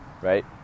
right